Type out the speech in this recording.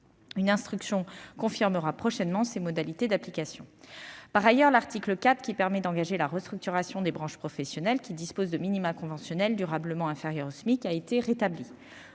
Une instruction confirmera prochainement ces modalités d'application. Ensuite, l'article 4, qui permet d'engager la restructuration des branches professionnelles disposant de minima conventionnels durablement inférieurs au SMIC a été rétabli.